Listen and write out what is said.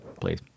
Please